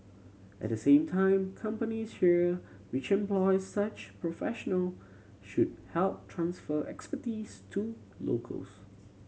at the same time companies here which employ such professional should help transfer expertise to locals